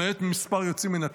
למעט כמה יוצאים מן הכלל,